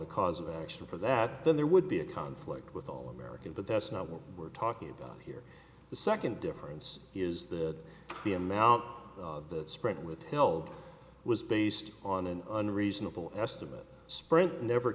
a cause of action for that then there would be a conflict with all american but that's not what we're talking about here the second difference is that the amount of the sprint withheld was based on an unreasonable estimate spring never